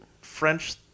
French